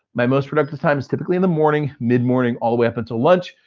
my most productive time is typically in the morning, mid morning all the way up until lunch.